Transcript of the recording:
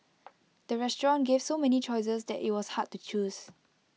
the restaurant gave so many choices that IT was hard to choose